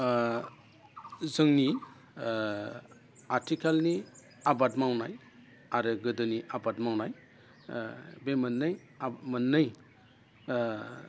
जोंनि आथिखालनि आबाद मावनाय आरो गोदोनि आबाद मावनाय बे मोननै